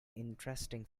interesting